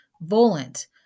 Volant